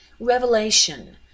Revelation